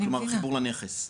כלומר החיבור לנכס,